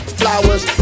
flowers